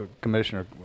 Commissioner